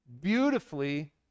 beautifully